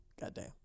Goddamn